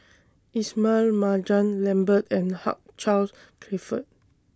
Ismail Marjan Lambert and Hugh Charles Clifford